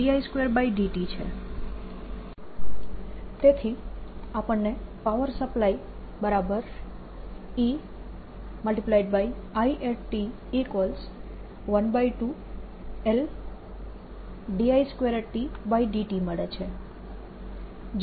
તેથી આપણને power supply E It12Ld I2dt મળે છે